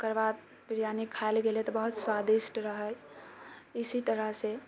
ओकरबाद बिरयानी खायल गेलै तऽ बहुत स्वादिष्ट रहल इसी तरहसँ